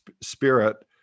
spirit